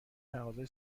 تقاضای